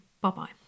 bye-bye